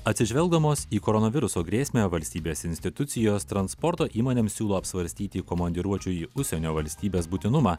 atsižvelgdamos į koronaviruso grėsmę valstybės institucijos transporto įmonėms siūlo apsvarstyti komandiruočių į užsienio valstybes būtinumą